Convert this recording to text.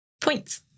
points